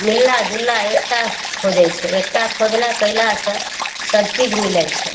मिलना जुलना एकता खोजै छै एकता खोजला कएलासे सबचीज मिलै छै